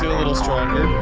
a little stronger?